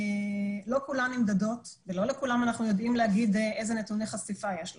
לא כולן נמדדות ולא לכולן אנחנו יודעים להגיד איזה נתוני חשיפה יש להן.